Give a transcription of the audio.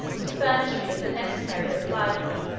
to furnish me with the necessaries of life,